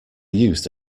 used